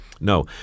No